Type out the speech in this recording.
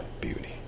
beauty